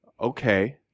Okay